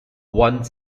one